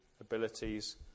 abilities